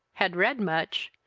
had read much,